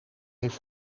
heeft